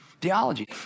theology